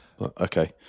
Okay